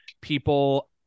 people